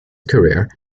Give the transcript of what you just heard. career